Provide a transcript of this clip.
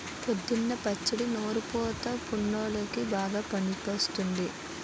పుదీనా పచ్చడి నోరు పుతా వున్ల్లోకి బాగా పనికివస్తుంది